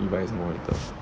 you guys monitors